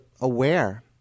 aware